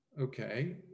Okay